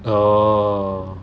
orh